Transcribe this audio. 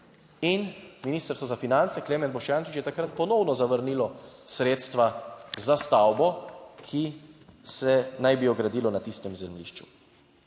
in Ministrstvo za finance, Klemen Boštjančič je takrat ponovno zavrnilo sredstva za stavbo, ki se naj bi jo gradilo na tistem zemljišču.